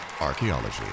Archaeology